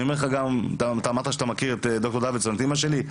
אתה אמרת שאתה מכיר גם את אמא שלי,